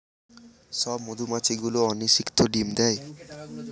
সব মধুমাছি গুলো অনিষিক্ত ডিম দেয়